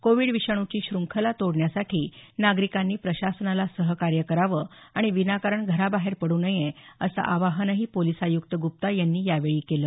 Covid विषाणूची श्रखंला तोडण्यासाठी नागरिकांनी प्रशासनला सहकार्य करावं आणि विनाकारण घराबाहेर पडू नये असं आवाहनही पोलिस आयुक्त गुप्ता यांनी यावेळी केलं